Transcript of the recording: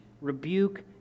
rebuke